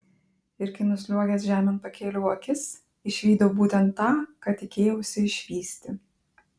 ir kai nusliuogęs žemėn pakėliau akis išvydau būtent tą ką tikėjausi išvysti